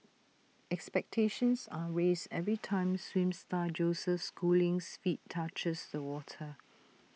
expectations are raised every time swim star Joseph schooling's feet touches the water